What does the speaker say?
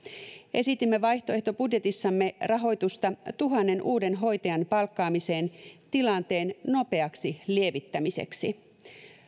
esitimme vaihtoehtobudjetissamme rahoitusta tuhannen uuden hoitajan palkkaamiseen tilanteen nopeaksi lievittämiseksi